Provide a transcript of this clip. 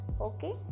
Okay